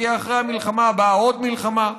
תהיה אחרי המלחמה הבאה עוד מלחמה.